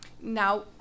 Now